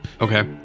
okay